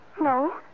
No